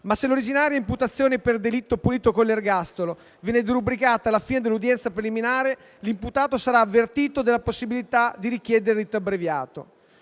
se l'originaria imputazione per delitto punito con l'ergastolo viene derubricata alla fine dell'udienza preliminare, l'imputato sarà avvertito della possibilità di richiedere il rito abbreviato.